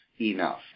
enough